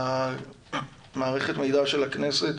ממערכת המידע של הכנסת,